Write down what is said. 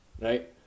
right